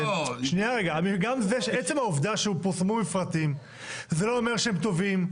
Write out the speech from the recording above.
עצם העובדה שפורסמו מפרטים זה לא אומר שהם טובים.